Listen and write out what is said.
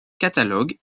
catalogues